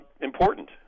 important